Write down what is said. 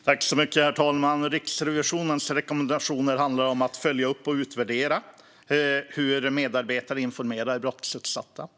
Herr talman! Riksrevisionens rekommendationer handlar om att följa upp och utvärdera hur medarbetare informerar brottsutsatta.